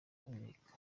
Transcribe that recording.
kubireka